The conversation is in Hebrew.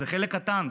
זה חלק קטן,